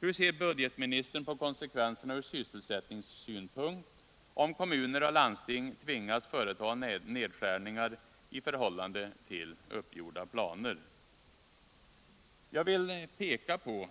Hur ser budgetministern på konsekvenserna ur sysselsättningssynpunkt, om kommuner och landsting tvingas företa nedskärningar i förhållande till uppgjorda planer? Jag vill peka på